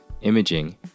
imaging